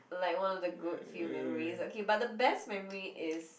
like one of the good few memories okay but the best memory is